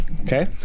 Okay